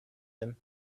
him